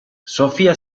sophia